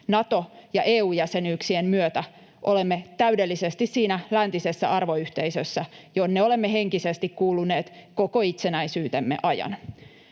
Nato- ja EU-jäsenyyksien myötä olemme täydellisesti siinä läntisessä arvoyhteisössä, jonne olemme henkisesti kuuluneet koko itsenäisyytemme ajan.